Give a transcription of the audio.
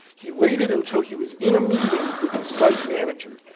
he waited until he was in a meeting with the site manager.